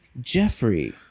Jeffrey